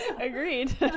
agreed